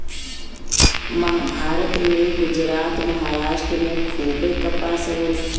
भारत में गुजरात, महाराष्ट्र में खूबे कपास होला